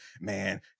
man